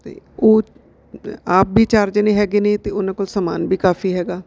ਅਤੇ ਉਹ ਆਪ ਵੀ ਚਾਰ ਜਣੇ ਹੈਗੇ ਨੇ ਅਤੇ ਉਹਨਾਂ ਕੋਲ ਸਮਾਨ ਵੀ ਕਾਫੀ ਹੈਗਾ